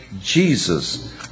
Jesus